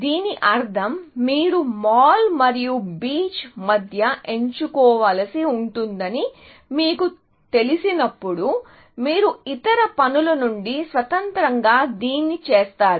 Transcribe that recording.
దీని అర్థం మీరు మాల్ మరియు బీచ్ మధ్య ఎంచుకోవలసి ఉంటుందని మీకు తెలిసినప్పుడు మీరు ఇతర పనుల నుండి స్వతంత్రంగా దీన్ని చేస్తారు